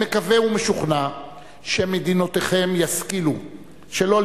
אני מקווה ומשוכנע שמדינותיכם ישכילו שלא